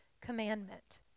commandment